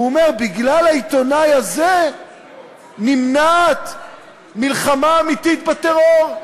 הוא אומר: בגלל העיתונאי הזה נמנעת מלחמה אמיתית בטרור.